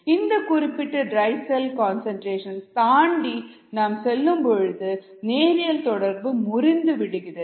அந்த குறிப்பிட்ட dry cell concentration தாண்டி நாம் செல்லும் பொழுது நேரியல் தொடர்பு முறிந்து விடுகிறது